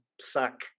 suck